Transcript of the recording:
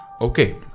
Okay